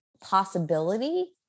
possibility